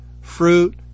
fruit